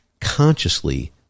consciously